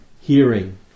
hearing